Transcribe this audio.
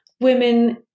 women